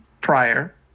prior